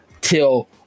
till –